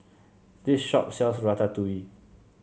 this shop sells Ratatouille